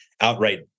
outright